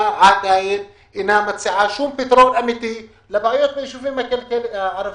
עדיין לא מציעה שום פתרון אמיתי לבעיות בישובים הערבים.